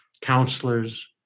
counselors